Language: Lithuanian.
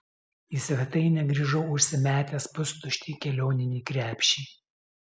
į svetainę grįžau užsimetęs pustuštį kelioninį krepšį